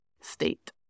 state